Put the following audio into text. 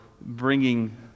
bringing